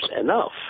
enough